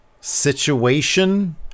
situation